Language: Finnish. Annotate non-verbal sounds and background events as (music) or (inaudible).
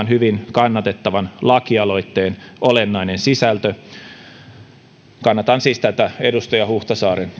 (unintelligible) hyvin kannatettavan lakialoitteen olennainen sisältö kannatan siis tätä edustaja huhtasaaren